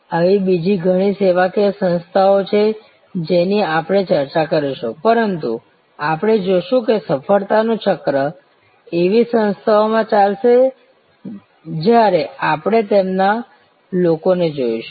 આવી બીજી ઘણી સેવાકીય સંસ્થાઓ છે જેની આપણે ચર્ચા કરીશું પરંતુ આપણે જોશું કે સફળતાનું ચક્ર આવી સંસ્થાઓમાં ચાલશે જ્યારે આપણે તેમના લોકોને જોઈશું